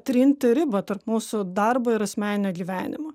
trinti ribą tarp mūsų darbo ir asmeninio gyvenimo